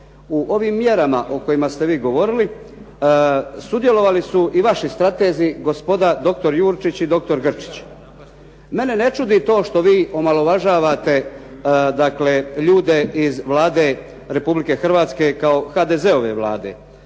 u ovom mjerama o kojima ste vi govorili, sudjelovali su i vaši stratezi gospoda doktor Jurčić i doktor Grčić. Mene ne čudi to što vi omalovažavate ljude iz Vlade Republike Hrvatske kao HDZ-ove Vlade,